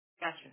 Gotcha